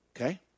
Okay